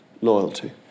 loyalty